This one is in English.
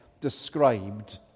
described